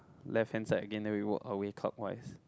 left hand side again then we work our way top wise